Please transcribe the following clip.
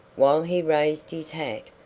while he raised his hat,